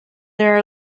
there